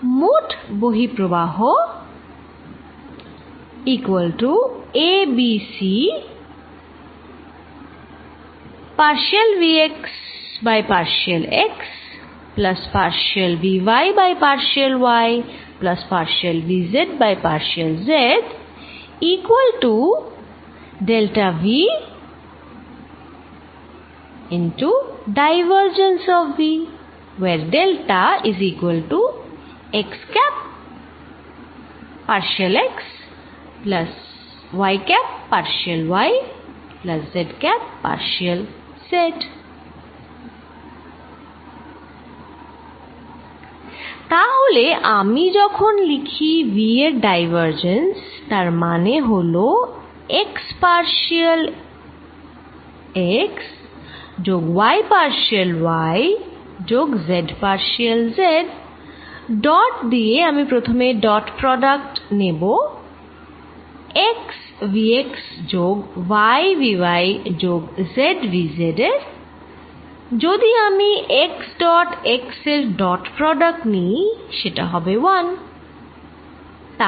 মোট বহিঃপ্রবাহ তাহলে আমি যখন লিখি v এর ডাইভারজেন্স তার মানে হলো x পার্শিয়াল x যোগ y পার্শিয়াল y যোগ z পার্শিয়াল z ডট দিয়ে আমি প্রথমে ডট প্রোডাক্ট নেব x v x যোগ y v y যোগ z v z এর যদি আমি x ডট x এর ডট প্রোডাক্ট নিই সেটা হবে 1